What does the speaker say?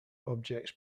objects